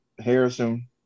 Harrison